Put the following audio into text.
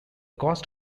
cost